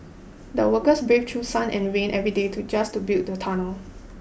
the workers braved through sun and rain every day to just to build the tunnel